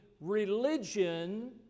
religion